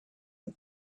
him